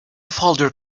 folder